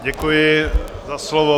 Děkuji za slovo.